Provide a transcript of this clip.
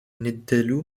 nedidelių